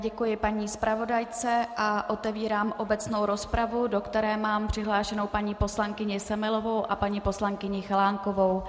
Děkuji paní zpravodajce a otevírám obecnou rozpravu, do které mám přihlášenou paní poslankyni Semelovou a paní poslankyni Chalánkovou.